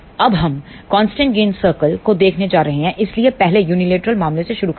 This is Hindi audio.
अब हम कांस्टेंट गेन सर्कल को देखने जा रहे हैं इसलिए पहले यूनिलैटरल मामले से शुरू करेंगे